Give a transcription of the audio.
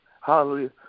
Hallelujah